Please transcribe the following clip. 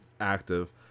active